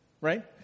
right